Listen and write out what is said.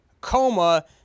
coma